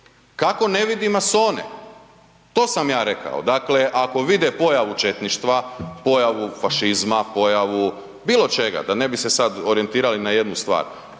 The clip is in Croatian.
Kako ne vidi masone? To sam ja rekao. Dakle, ako vide pojavu četništva, pojavu fašizma, pojavu bilo čega, da ne bi se sad orijentirali na jednu stvar,